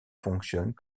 fonctionne